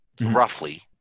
roughly